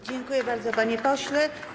Dziękuję bardzo, panie pośle.